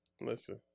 Listen